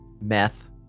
meth